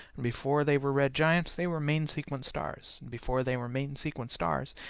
and before they were red giants, they were main sequence stars, and before they were main sequence stars,